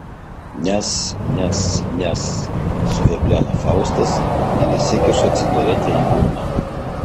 nes nes nes suveblena faustas ir įsikiša cigaretę į burną